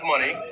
money